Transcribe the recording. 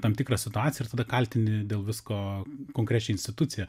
tam tikrą situaciją ir tada kaltini dėl visko konkrečią instituciją